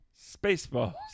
Spaceballs